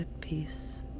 peace